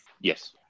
Yes